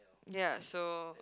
ya so